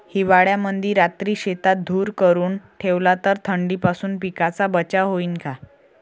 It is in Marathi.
हिवाळ्यामंदी रात्री शेतात धुर करून ठेवला तर थंडीपासून पिकाचा बचाव होईन का?